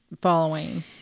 following